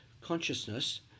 consciousness